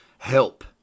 help